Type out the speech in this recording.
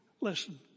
Listen